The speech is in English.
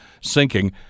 sinking